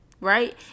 right